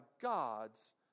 God's